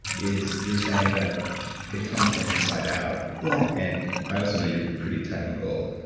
is you're saying that it comes from inside out. yeah and i also know you're pretty technical,